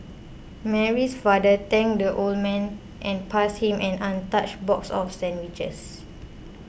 Mary's father thanked the old man and passed him an untouched box of sandwiches